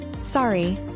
Sorry